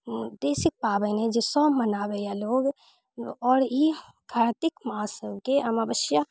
देशी पाबनि अइ जे सभ मनाबैए लोक आओर ई कार्तिक मासके आमावस्या